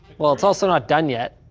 well, it's also not done yet.